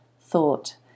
thought